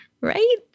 right